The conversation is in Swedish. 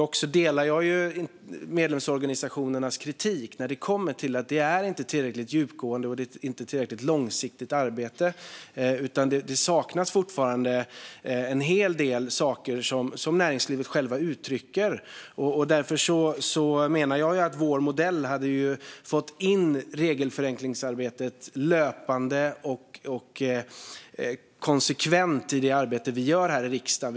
Jag delar dock medlemsorganisationernas kritik att det inte är ett tillräckligt djupgående och långsiktigt arbete. Det saknas fortfarande en hel del saker som näringslivet självt uttrycker. Jag menar att vår modell hade fått in regelförenklingsarbetet löpande och konsekvent i det arbete vi gör här i riksdagen.